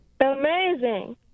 Amazing